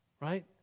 Right